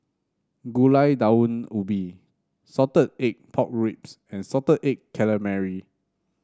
Gulai Daun Ubi Salted Egg Pork Ribs and Salted Egg Calamari